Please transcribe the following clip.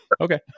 Okay